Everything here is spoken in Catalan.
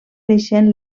creixent